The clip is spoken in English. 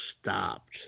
stopped